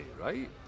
right